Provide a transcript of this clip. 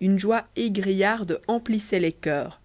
une joie égrillarde emplissait les coeurs